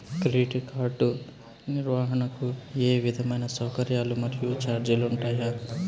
Credit card నిర్వహణకు ఏ విధమైన సౌకర్యాలు మరియు చార్జీలు ఉంటాయా?